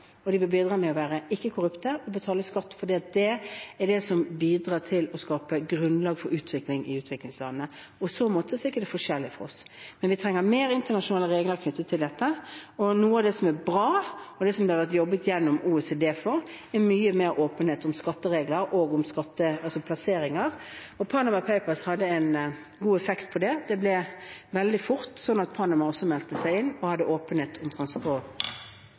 de bør bidra med å være ikke-korrupte og betale skatt, fordi det er det som bidrar til å skape grunnlag for utvikling i utviklingslandene. I så måte er det ikke forskjellig fra oss, men vi trenger mer internasjonale regler knyttet til dette. Noe av det som er bra, og det som det har vært jobbet gjennom OECD for, er mye mer åpenhet om skatteregler og plasseringer. Panama Papers hadde en god effekt på det, det ble veldig fort sånn at Panam også meldte seg på og hadde åpenhet om